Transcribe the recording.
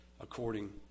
according